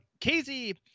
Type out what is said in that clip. KZ